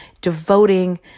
devoting